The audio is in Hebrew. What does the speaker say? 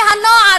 מהנוער,